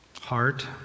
Heart